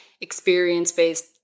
experience-based